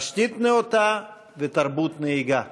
תשתית נאותה ותרבות נהיגה.